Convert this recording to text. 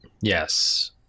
Yes